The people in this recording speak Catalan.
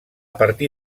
partir